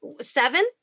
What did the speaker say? seven